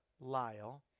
Lyle